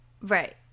Right